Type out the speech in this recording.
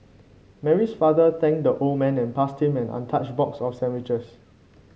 Mary's father thanked the old man and passed him an untouched box of sandwiches